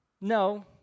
No